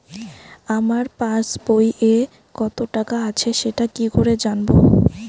আমার পাসবইয়ে কত টাকা আছে সেটা কি করে জানবো?